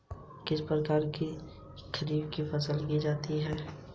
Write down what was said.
किस प्रांत में सीढ़ीदार या सोपानी खेती की जाती है?